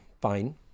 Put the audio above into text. fine